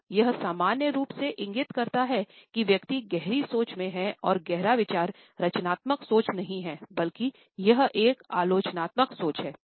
तो यह सामान्य रूप से इंगित करता है कि व्यक्ति गहरी सोच में है और गहरा विचार रचनात्मक सोच नहीं है बल्कि यह एक आलोचनात्मक सोच है